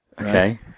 Okay